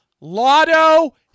lotto